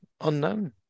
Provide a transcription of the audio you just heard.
unknown